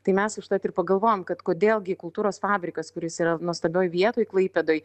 tai mes užtat ir pagalvojom kad kodėl gi kultūros fabrikas kuris yra nuostabioj vietoj klaipėdoj